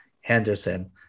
Henderson